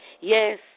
Yes